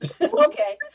Okay